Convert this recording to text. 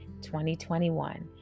2021